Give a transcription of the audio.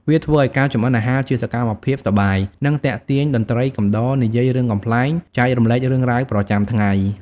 វាធ្វើឱ្យការចម្អិនអាហារជាសកម្មភាពសប្បាយ និងទាក់ទាញតន្ត្រីកំដរ និយាយរឿងកំប្លែង ចែករំលែករឿងរ៉ាវប្រចាំថ្ងៃ។